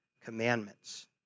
commandments